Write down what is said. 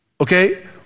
Okay